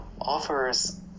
offers